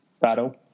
battle